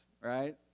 right